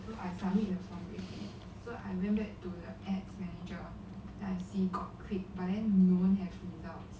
I saw here I remember to add I secret but then you wouldn't have